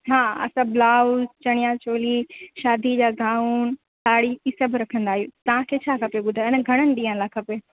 हा असां ब्लाउज चणिया चोली शादी जा गाउन साड़ी हीअ सभु रखंदा आहियूं तव्हांखे छा खपे ॿुधायो न घणनि ॾींहंनि लाइ खपे